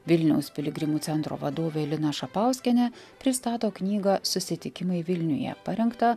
vilniaus piligrimų centro vadovė lina šapauskienė pristato knygą susitikimai vilniuje parengtą